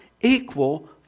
equal